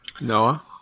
Noah